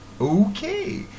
Okay